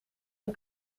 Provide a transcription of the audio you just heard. een